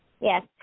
Yes